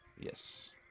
Yes